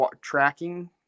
tracking